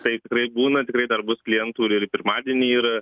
tai tikrai būna tikrai dar bus klientų ir ir pirmadienį yra